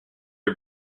les